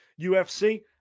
UFC